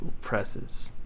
presses